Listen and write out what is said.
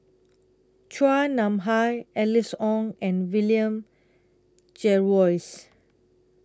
Chua Nam Hai Alice Ong and William Jervois